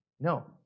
no